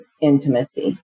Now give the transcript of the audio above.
intimacy